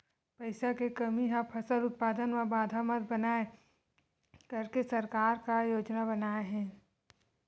पईसा के कमी हा फसल उत्पादन मा बाधा मत बनाए करके सरकार का योजना बनाए हे?